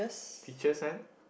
peaches and